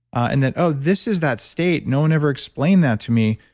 and then, oh, this is that state. no one ever explained that to me.